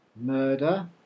murder